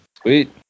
Sweet